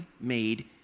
made